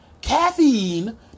caffeine